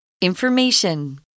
Information